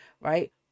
right